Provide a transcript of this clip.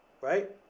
right